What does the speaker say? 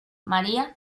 maría